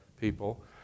people